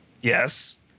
Yes